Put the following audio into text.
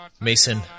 Mason